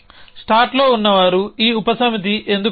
స్టార్ట్లో ఉన్నవారు ఈ ఉపసమితి ఎందుకు అవసరం